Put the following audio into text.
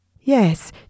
Yes